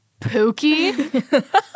Pookie